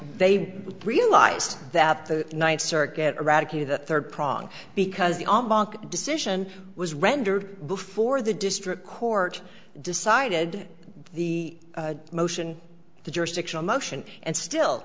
they realized that the ninth circuit eradicated the third prong because the decision was rendered before the district court decided the motion to jurisdictional motion and still